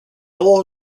all